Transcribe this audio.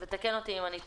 ותקן אותי אם אני טועה.